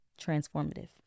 Transformative